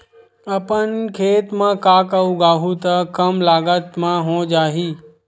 अपन खेत म का का उगांहु त कम लागत म हो जाही?